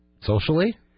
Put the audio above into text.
Socially